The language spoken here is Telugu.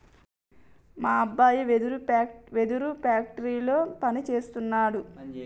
మా అబ్బాయి వెదురు ఫ్యాక్టరీలో పని సేస్తున్నాడు